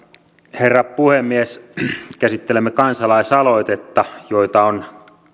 herra puhemies käsittelemme kansalaisaloitetta niitä on